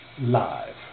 live